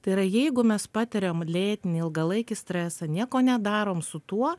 tai yra jeigu mes patiriam lėtinį ilgalaikį stresą nieko nedarom su tuo